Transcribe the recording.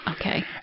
Okay